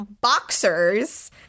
boxers